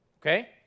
okay